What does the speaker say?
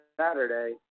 Saturday